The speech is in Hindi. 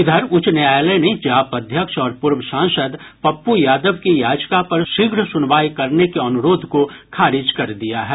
इधर उच्च न्यायालय ने जाप अध्यक्ष और पूर्व सांसद पप्पू यादव की याचिका पर शीघ्र सुनवाई करने के अनुरोध को खारिज कर दिया है